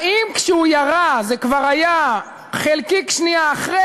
האם כשהוא ירה זה כבר היה חלקיק שנייה אחרי